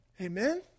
Amen